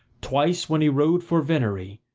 twice when he rode for venery,